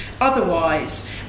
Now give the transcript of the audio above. otherwise